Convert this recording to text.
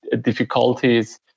difficulties